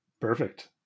Perfect